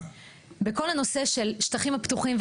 בכל הנושא של השטחים הפתוחים,